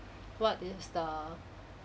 what is the